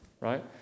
right